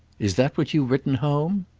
is that what you've written home?